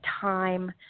time